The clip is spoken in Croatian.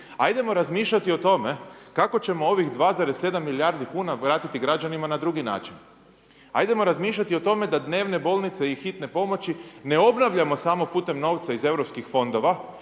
Ajdemo razmišljati o tome kako ćemo ovih 2,7 milijardi kuna vratiti građanima na drugi način. Ajdemo razmišljati o tome da dnevne bolnice i hitne pomoći ne obnavljamo samo putem novca iz EU fondova